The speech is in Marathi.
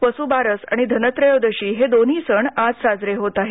वसुबारस आणि धनत्रयोदशी हे दोन्ही सण आज साजरे होत आहेत